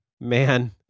Man